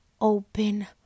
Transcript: open